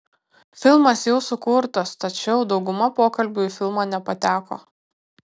filmas jau sukurtas tačiau dauguma pokalbių į filmą nepateko